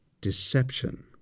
deception